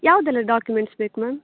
ಯಾವುದೆಲ್ಲ ಡಾಕ್ಯುಮೆಂಟ್ಸ್ ಬೇಕು ಮ್ಯಾಮ್